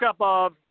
up